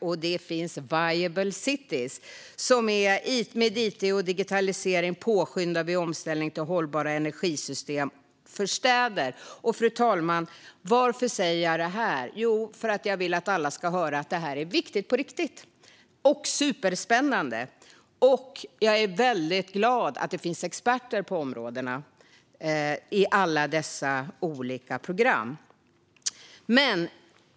Och det är Viable Cities - med it och digitalisering påskyndar vi omställningen till hållbara energisystem för städer. Fru talman! Varför säger jag detta? Jo, det gör jag för att jag vill att alla ska höra att detta är viktigt på riktigt och superspännande. Jag är väldigt glad att det finns experter på områdena i alla dessa olika program.